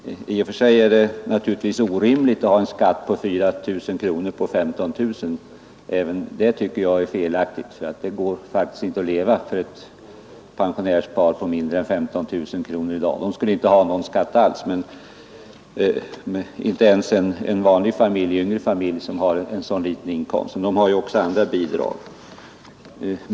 I och för sig är det naturligtvis orimligt och felaktigt att betala 4 000 kronor i skatt på en inkomst av 15 000 kronor. Ett pensionärspar kan inte leva på mindre än 15 000 kronor i dag. De borde inte ha någon skatt alls och det borde inte heller vanliga yngre familjer med så låg inkomst ha; de kan inte klara sig på den inkomsten, men de får ju olika bidrag.